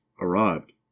arrived